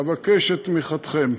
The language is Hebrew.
אבקש את תמיכתכם.